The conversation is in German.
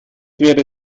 wäre